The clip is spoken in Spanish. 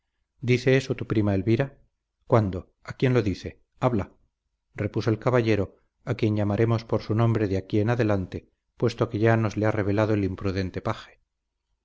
dice eso tu prima elvira cuándo a quién lo dice habla repuso el caballero a quien llamaremos por su nombre de aquí en adelante supuesto que ya nos le ha revelado el imprudente paje